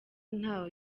nta